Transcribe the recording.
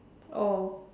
oh